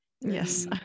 Yes